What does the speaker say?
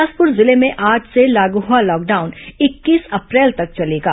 बिलासपुर जिले में आज से लागू हुआ लॉकडाउन इक्कीस अप्रैल तक चलेगा